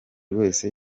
wese